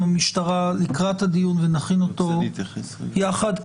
המשטרה לקראת הדיון ונכין אותו יחד.